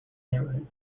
neighborhoods